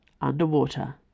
underwater